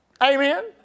Amen